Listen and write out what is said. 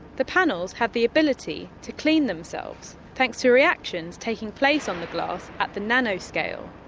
the panels have the ability to clean themselves thanks to reactions taking place on the glass at the nano-scale.